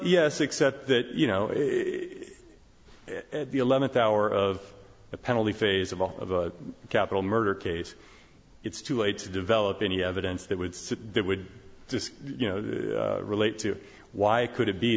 yes except that you know at the eleventh hour of the penalty phase of all of a capital murder case it's too late to develop any evidence that would sit there would just you know relate to why could it be